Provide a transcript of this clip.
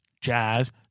jazz